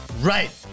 right